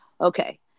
okay